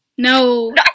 No